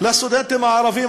לסטודנטים הערבים,